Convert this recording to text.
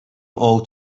all